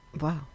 wow